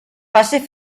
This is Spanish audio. fase